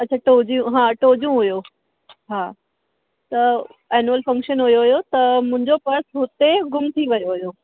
अच्छा टियों ॾींहं हा टियों ॾींहं हुयो हा त एन्यूल फंक्शन हुयो हुयो त मुंहिंजो पर्स हुते गुम थी वियो हुयो